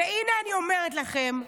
והינה אני אומרת לכם,